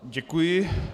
Děkuji.